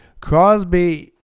Crosby